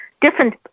different